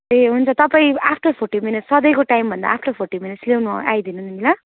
ए हुन्छ तपाईँ after forty minute सधैँको टाइमभन्दा आफ्टर फोर्टी मिनट लिनु आइदिनु नि ल